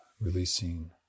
releasing